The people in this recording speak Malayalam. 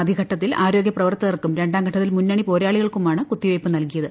ആദ്യ ഘട്ടത്തിൽ ആരോഗ്യപ്രവർത്തകർക്കും രണ്ടാം ഘട്ടത്തിൽ മുന്നണി പോരാളികൾക്കുമാണ് കുത്തിവയ്പ് നൽകിയത്